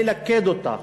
כדי ללכד אותה,